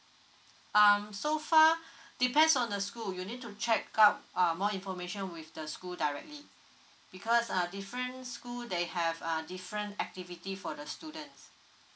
um so far depends on the school you need to check out err more information with the school directly because uh different school they have a different activity for the students